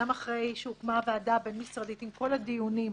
גם אחרי שהוקמה הוועדה הבין-משרדית עם כל הדיונים,